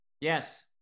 Yes